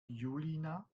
julina